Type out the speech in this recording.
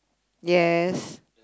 yes